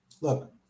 Look